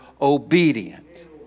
obedient